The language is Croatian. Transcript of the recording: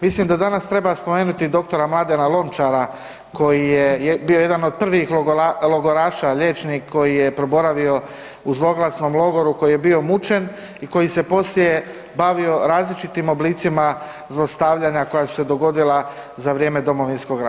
Mislim da danas treba spomenuti dr. Mladena Lončara koji je bio jedan od prvih logoraša, liječnik koji je proboravio u zloglasnom logoru koji je bio mučen i koji se poslije bavio različitim oblicima zlostavljanja koja su se dogodila za vrijeme Domovinskog rata.